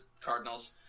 Cardinals